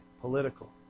political